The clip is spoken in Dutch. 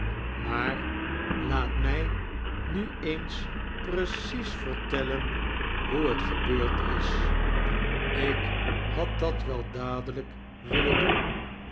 maar laat mij nu eens preodes ver tellen hoe t gebeurd is ik had dat wel dladelijk willen doen